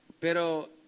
Pero